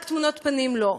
רק תמונות פנים, לא.